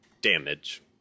damage